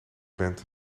bent